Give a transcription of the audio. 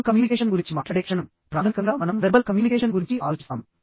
మనం కమ్యూనికేషన్ గురించి మాట్లాడే క్షణం ప్రాథమికంగా మనం వెర్బల్ కమ్యూనికేషన్ గురించి ఆలోచిస్తాము